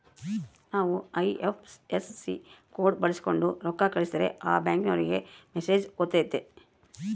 ನಾವು IFSC code ಬಳಕ್ಸೋಂಡು ರೊಕ್ಕ ಕಳಸಿದ್ರೆ ಆ ಬ್ಯಾಂಕಿನೋರಿಗೆ ಮೆಸೇಜ್ ಹೊತತೆ